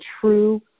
true